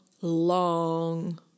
long